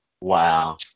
Wow